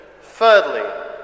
Thirdly